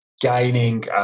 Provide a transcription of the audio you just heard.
gaining